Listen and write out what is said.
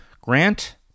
grant